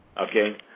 okay